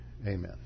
Amen